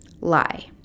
Lie